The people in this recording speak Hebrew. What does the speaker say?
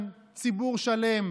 כשאני שומע,